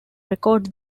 record